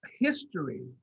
history